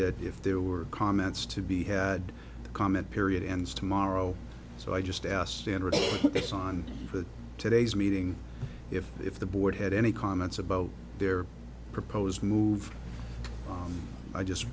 that if there were comments to be had a comment period ends tomorrow so i just asked standard gets on for today's meeting if if the board had any comments about their proposed move on i just